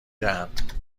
دهند